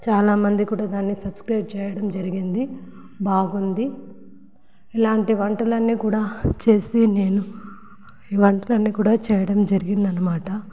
చాలామంది కూడా దాన్ని సబ్స్క్రైబ్ చేయడం జరిగింది బాగుంది ఇలాంటి వంటలు అన్నీ కూడా చేసి నేను వంటలన్నీ కూడా చేయడం జరిగిందన్నమాట